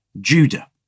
Judah